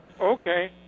Okay